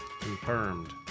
confirmed